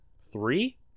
Three